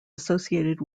associated